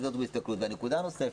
נקודה נוספת,